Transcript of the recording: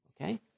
okay